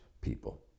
people